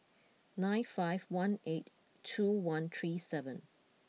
nine five one eight two one three seven